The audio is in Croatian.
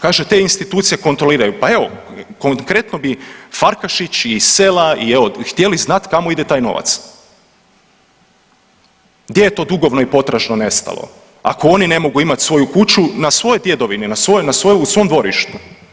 Kažete institucije kontroliraju, pa evo konkretno bi Farkašić i sela i evo htjeli znati kamo ide taj novac, gdje je to dugovno i potražno nestalo, ako oni ne mogu imati svoju kuću na svojoj djedovini, na svojem, u svom dvorištu.